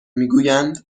میگویند